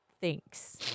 thinks